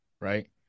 right